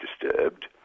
disturbed